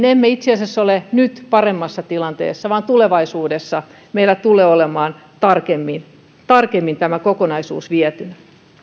emme itse asiassa ole nyt paremmassa tilanteessa vaan tulevaisuudessa meillä tulee olemaan tarkemmin tarkemmin tämä kokonaisuus vietynä